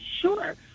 Sure